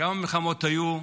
כמה מלחמות היו,